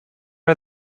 are